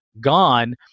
gone